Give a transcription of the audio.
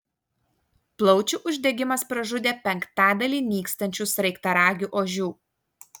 plaučių uždegimas pražudė penktadalį nykstančių sraigtaragių ožių